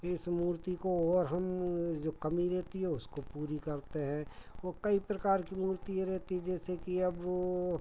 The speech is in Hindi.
इस मूर्ति की ओर हम जो कमी रहती है उसको पूरी करते हैं वह कई प्रकार की मूर्तियाँ रहती जैसे कि अब वह